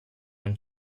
con